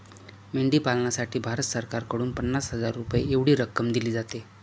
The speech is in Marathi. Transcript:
मेंढी पालनासाठी भारत सरकारकडून पन्नास हजार रुपये एवढी रक्कम दिली जाते